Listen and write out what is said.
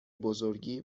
بزرگی